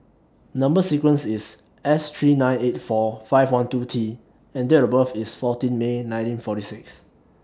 Number sequence IS S three nine eight four five one two T and Date of birth IS fourteen May nineteen forty six